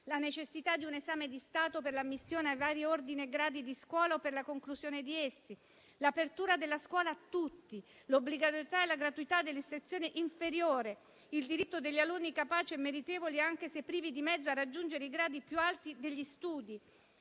la necessità di un esame di Stato per l'ammissione ai vari ordini e gradi di scuole o per la conclusione di essi; l'apertura della scuola a tutti; l'obbligatorietà e la gratuità dell'istruzione inferiore; il diritto degli alunni capaci e meritevoli, anche se privi di mezzi, a raggiungere i gradi più alti degli studi;